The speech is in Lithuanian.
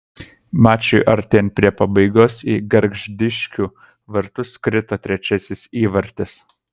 mačui artėjant prie pabaigos į gargždiškių vartus krito trečiasis įvartis